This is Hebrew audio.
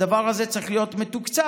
הדבר הזה צריך להיות מתוקצב.